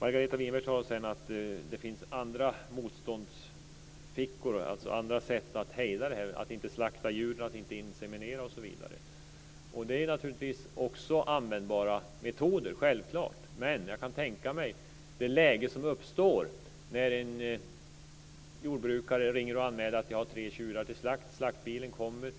Margareta Winberg sade sedan att det finns andra motståndsfickor, alltså andra sätt att hejda det här: att inte slakta djur, att inte inseminera osv. Det är ju naturligtvis också användbara metoder. Men jag kan tänka mig det läge som uppstår när en jordbrukare ringer och anmäler att han har tre tjurar till slakt. Slaktbilen kommer.